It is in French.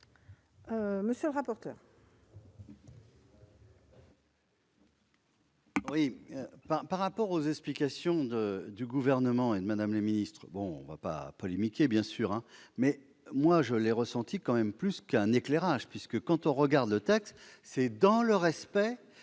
Monsieur le rapporteur,